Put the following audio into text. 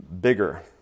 bigger